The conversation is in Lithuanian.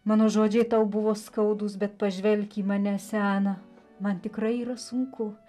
mano žodžiai tau buvo skaudūs bet pažvelk į mane seną man tikrai yra sunku